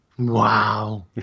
Wow